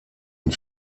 une